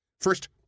First